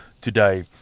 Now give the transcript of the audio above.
today